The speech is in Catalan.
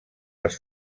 les